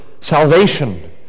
salvation